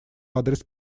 адрес